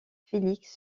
félix